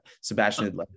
Sebastian